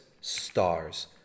stars